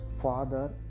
father